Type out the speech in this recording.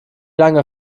lange